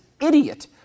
idiot